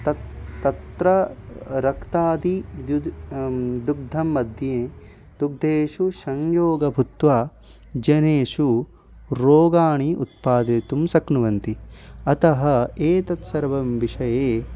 तत् तत्र रक्तादि यद् दुग्धं मध्ये दुग्धे संयोगः भूत्वा जनेषु रोगान् उत्पादितुं शक्नुवन्ति अतः एतत् सर्वं विषये